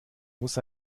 muss